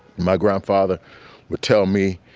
my grandfather would tell me,